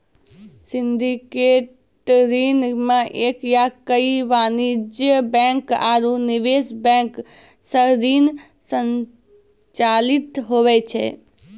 syndicated ऋण मे एक या कई वाणिज्यिक बैंक आरू निवेश बैंक सं ऋण संचालित हुवै छै